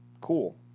cool